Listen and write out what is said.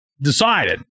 decided